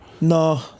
no